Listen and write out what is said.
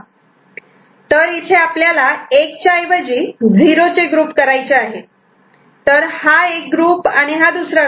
तर इथे आपल्याला '1' च्या ऐवजी '0' चे ग्रुप करायचे आहेत तर हा एक ग्रुप आणि हा दुसरा ग्रुप